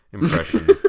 Impressions